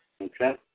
Okay